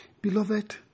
Beloved